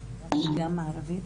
(אומרת דברים בשפה הערבית,